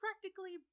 practically